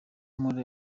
muri